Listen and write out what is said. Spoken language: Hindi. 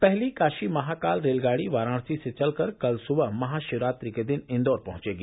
पहली काशी महाकाल रेलगाड़ी वाराणसी से चलकर कल सुबह महाशिवरात्रि के दिन इंदौर पहुंचेगी